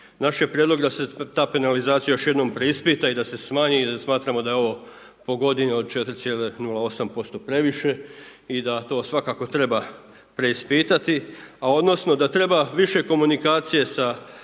Naš je prijedlog da se ta penalizacija još jednom preispita i da se smanji jer smatramo da je ovo po godini od 4,08% previše i da to svakako treba preispitati. A odnosno da treba više komunikacije sa